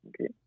Okay